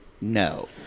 No